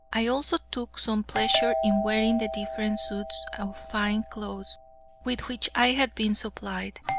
i also took some pleasure in wearing the different suits of fine clothes with which i had been supplied,